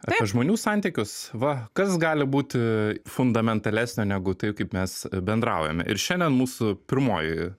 apie žmonių santykius va kas gali būti fundamentalesnio negu tai kaip mes bendraujame ir šiandien mūsų pirmoji